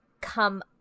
come